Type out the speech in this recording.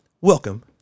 welcome